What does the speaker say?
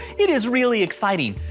it is really exciting.